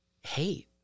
hate